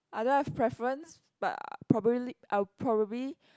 I don't have preference but probably I will probably